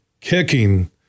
kicking